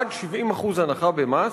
עד 70% הנחה במס.